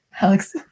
Alex